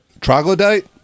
Troglodyte